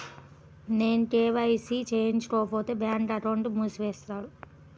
నేను కే.వై.సి చేయించుకోకపోతే బ్యాంక్ అకౌంట్ను మూసివేస్తారా?